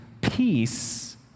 peace